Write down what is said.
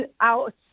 out